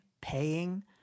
paying